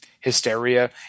hysteria